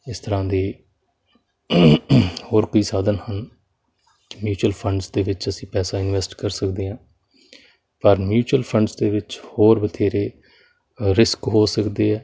ਇਸ ਤਰ੍ਹਾਂ ਦੀ ਹੋਰ ਕੋਈ ਸਾਧਨ ਹਨ ਮਿਊਚੁਅਲ ਫੰਡਸ ਦੇ ਵਿੱਚ ਅਸੀਂ ਪੈਸਾ ਇਨਵੈਸਟ ਕਰ ਸਕਦੇ ਹਾਂ ਪਰ ਮਿਊਚੁਅਲ ਫੰਡਸ ਦੇ ਵਿੱਚ ਹੋਰ ਬਥੇਰੇ ਰਿਸਕ ਹੋ ਸਕਦੇ ਆ